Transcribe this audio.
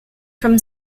from